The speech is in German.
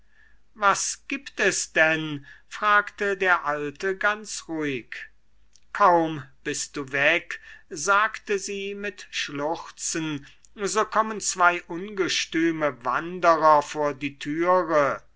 was gibt es denn fragte der alte ganz ruhig kaum bist du weg sagte sie mit schluchzen so kommen zwei ungestüme wanderer vor die türe